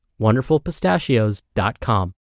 wonderfulpistachios.com